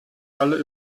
alle